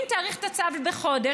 אם תאריך את הצו בחודש,